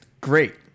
great